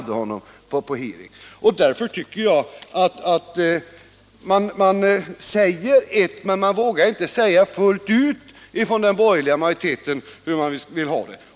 Den borgerliga majoriteten vågar inte säga fullt ut hur den vill ha det.